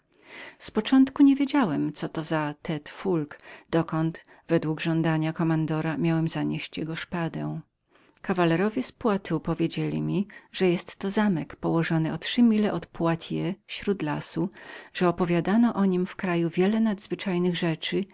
z początku nie wiedziałem co to było tte foulque gdzie kommandor żądał abym zaniósł jego szpadę kawalerowie francuzcy powiedzieli mi że był to zamek położony o trzy mile od poitiers śród lasu że opowiadano o nim w kraju wiele nadzwyczajnych rzeczy